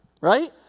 Right